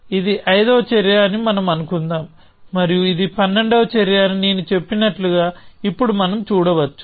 ఇది ఐదవ చర్య అని మనం అనుకుందాం మరియు ఇది పన్నెండవ చర్య అని నేను చెప్పినట్లుగా ఇప్పుడు మనం చూడవచ్చు